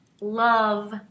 love